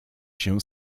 się